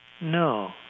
No